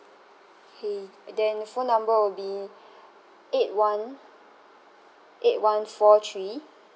K then phone number will be eight one eight one four three